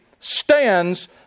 stands